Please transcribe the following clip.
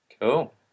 Cool